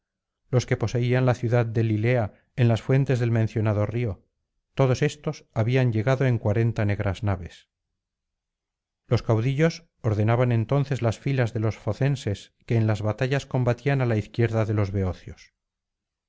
los que poseían la ciudad de lilea en las fuentes del mencionado río todos estos habían llegado en cuarenta negras naves los caudillos ordenaban entonces las filas de los focenses que en las batallas combatían á la izquierda de los beocios